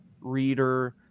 reader